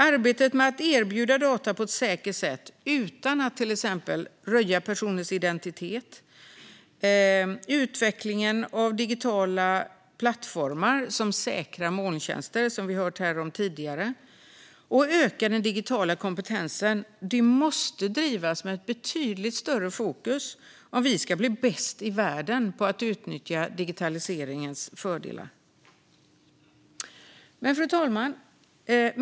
Arbetet med att erbjuda data på ett säkert sätt utan att till exempel röja personers identitet, att utveckla digitala plattformar som säkra molntjänster, som vi har hört om här tidigare, och att öka den digitala kompetensen måste drivas med ett betydligt större fokus om vi ska bli bäst i världen på att utnyttja digitaliseringens fördelar. Fru talman!